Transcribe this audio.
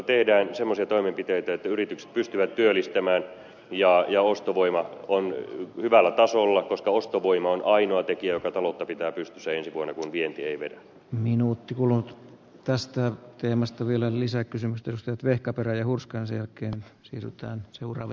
tehdään semmoisia toimenpiteitä että yritykset pystyvät työllistämään ja ostovoima on hyvällä tasolla koska ostovoima on ainoa tekijä joka taloutta pitää pystyssä ensi vuonna kun vienti ei vedä minuutti kulunut tästä teemasta villen lisäkysymtustyöt vehkaperä ja hurskas eläkkeelle siirrytään seuralle